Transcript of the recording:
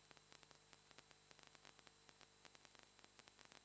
Grazie,